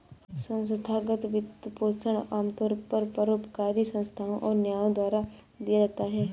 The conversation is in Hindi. संस्थागत वित्तपोषण आमतौर पर परोपकारी संस्थाओ और न्यासों द्वारा दिया जाता है